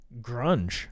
grunge